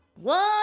One